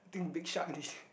think big shark this